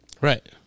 right